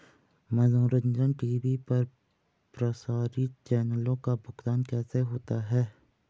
मनोरंजन टी.वी पर प्रसारित चैनलों का भुगतान कैसे होता है?